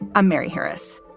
i'm mary harris.